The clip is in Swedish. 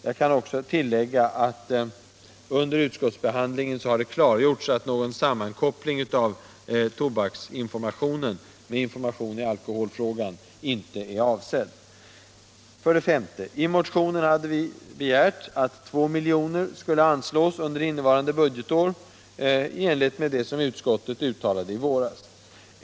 — Jag kan också tillägga att under utskottsbehandlingen har det klargjorts att någon sammankoppling av tobaksinformation med information i alkoholfrågan inte är avsedd. 5. I motionen hade vi begärt att 2 miljoner skulle anslås under innevarande budgetår, i enlighet med det som utskottet uttalade i våras.